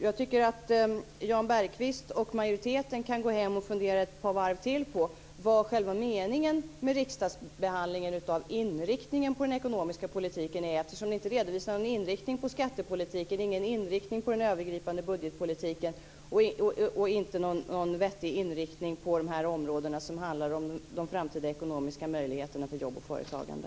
Jag tycker att Jan Bergqvist och majoriteten kan gå hem och fundera ett par varv till på vad själva meningen med riksdagsbehandlingen av inriktningen på den ekonomiska politiken är. Ni redovisar ju ingen inriktning på skattepolitiken, ingen inriktning på den övergripande budgetpolitiken och ingen vettig inriktning på de områden som handlar om de framtida ekonomiska möjligheterna för jobb och företagande.